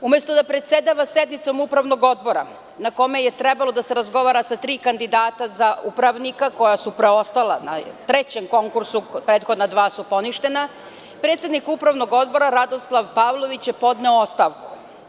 Umesto da predsedava sednicom Upravnog odbora na kome je trebalo da se razgovara sa tri kandidata za upravnika koja su preostala na trećem konkursu, jer su prethodna dva poništena, predsednik Upravnog odbora Radoslav Pavlović je podneo ostavku.